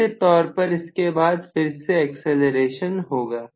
निश्चित तौर पर इसके बाद फिर से एक्सीलरेशन होगा